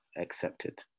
accepted